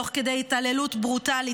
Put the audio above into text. תוך כדי התעללות ברוטלית,